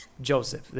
Joseph